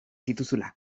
dituzula